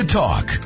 talk